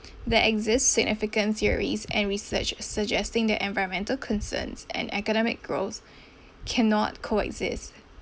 there exist significant theories and research suggesting that environmental concerns and academic growth cannot coexist